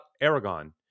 Aragon